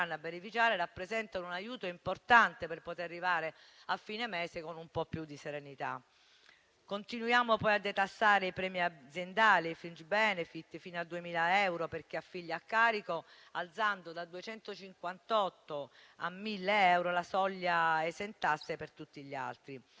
a beneficiare rappresentano un aiuto importante per poter arrivare a fine mese con un po' più di serenità. Continuiamo poi a detassare i premi aziendali e i *fringe benefit* fino a 2.000 euro per chi ha figli a carico, alzando da 258 a 1.000 euro la soglia esentasse per tutti gli altri;